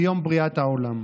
ביום בריאת העולם.